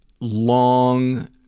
long